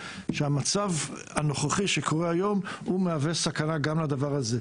שהמצב הנוכחי שקורה היום מהווה סכנה גם לדבר הזה.